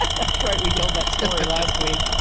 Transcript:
that's right, we told that story last week.